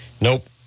Nope